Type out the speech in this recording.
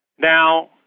Now